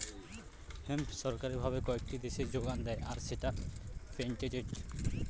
hemp সরকারি ভাবে কয়েকটি দেশে যোগান দেয় আর সেটা পেটেন্টেড